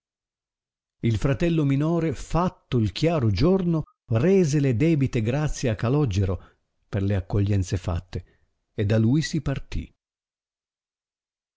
il fratello minore fatto il chiaro giorno rese le debite grazie al calogero per le accoglienze fatte e da lui si partì